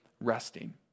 resting